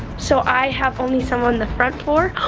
so, i have only some on the front four.